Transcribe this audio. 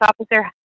officer